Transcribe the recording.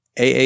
AA